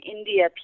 India